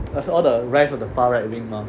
that's all the rise of the far right wing mah